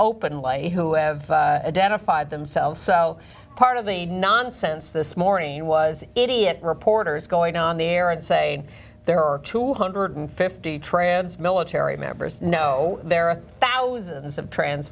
openly who have identified themselves so part of the nonsense this morning was idiot reporters going on there and say there are two hundred and fifty trans military members know there are thousands of tr